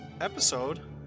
episode